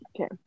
Okay